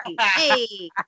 Hey